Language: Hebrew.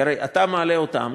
כי הרי אתה מעלה אותם,